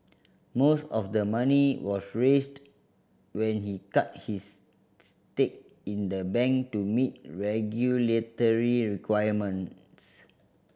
most of the money was raised when he cut his stake in the bank to meet regulatory requirements